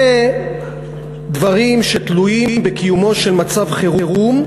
זה דברים שתלויים בקיומו של מצב חירום,